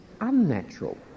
unnatural